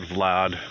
Vlad